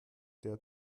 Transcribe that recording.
der